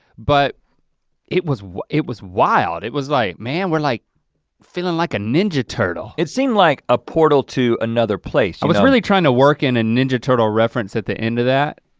but it was it was wild, it was like man, we're like feeling like a ninja turtle. it seemed like a portal to another place. i was really trying to work in a ninja turtle reference at the end of that,